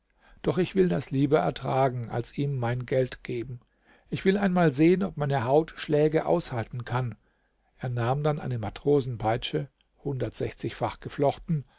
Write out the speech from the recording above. doch ich will das lieber ertragen als ihm mein geld geben ich will einmal sehen ob meine haut schläge aushalten kann er nahm dann eine matrosenpeitsche hundertundsechzigfach geflochten